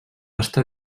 estar